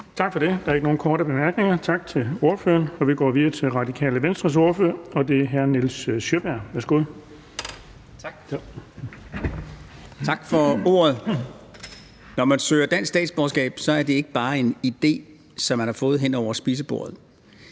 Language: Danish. Tak for det. Der er ikke nogen korte bemærkninger. Tak til ordføreren. Vi går videre til Radikale Venstres ordfører, og det er hr. Nils Sjøberg. Værsgo. Kl. 14:49 (Ordfører) Nils Sjøberg (RV): Tak for ordet. Når man søger dansk statsborgerskab, er det ikke bare en idé, som man har fået hen over spisebordet.